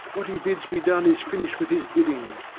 what he bids be done is finished with his bidding.